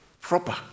proper